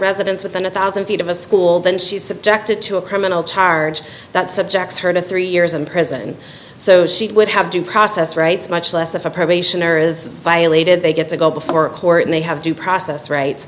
residence within a thousand feet of a school then she is subjected to a criminal charge that subjects her to three years in prison so she would have due process rights much less if a probationer is violated they get to go before a court and they have due process rights